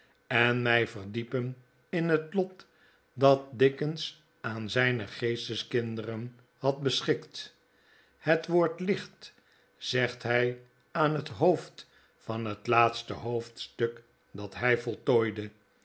en mij verdiepen in het lot dat dickens aan zijne geesteskinderen had beschikt het wordt licht zegt hij aan het hoofd van het laatste hoofdstuk dat hij voltooide